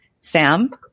Sam